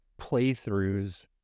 playthroughs